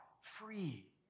free